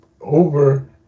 over